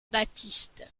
baptiste